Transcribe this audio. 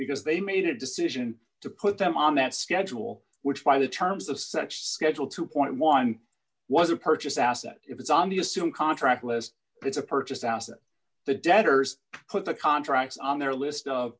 because they made a decision to put them on that schedule which by the terms of such schedule two point one was a purchased asset if it's on the assumed contract list it's a purchased house that the debtors put a contract on their list